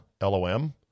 L-O-M